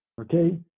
Okay